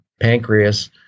pancreas